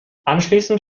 anschließend